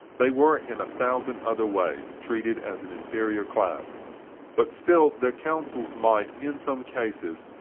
they were, in a thousand other ways treated as an inferior class but still their counsels might, in some cases,